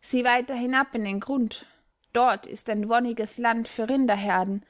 sieh weiter hinab in den grund dort ist ein wonniges land für rinderherden